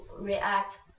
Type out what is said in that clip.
react